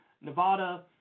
Nevada